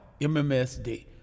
MMSD